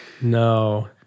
No